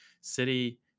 City